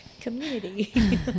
community